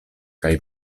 kaj